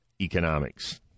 economics